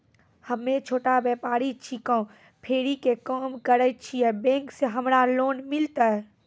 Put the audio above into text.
हम्मे छोटा व्यपारी छिकौं, फेरी के काम करे छियै, बैंक से हमरा लोन मिलतै?